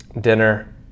dinner